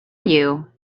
you